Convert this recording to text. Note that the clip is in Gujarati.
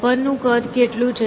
ઓપન નું કદ કેટલું છે